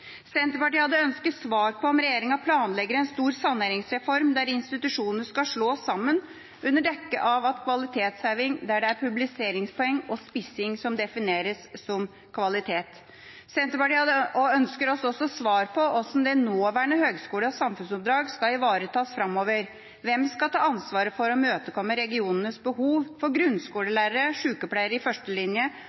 Senterpartiet ønsker svar på om regjeringa planlegger en stor saneringsreform der institusjoner skal slås sammen under dekke av kvalitetsheving, der det er publiseringspoeng og spissing som defineres som kvalitet. Senterpartiet ønsker også svar på hvordan de nåværende høgskolenes samfunnsoppdrag skal ivaretas framover. Hvem skal ta ansvar for å imøtekomme regionenes behov for grunnskolelærere, sykepleiere i